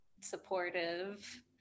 supportive